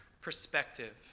perspective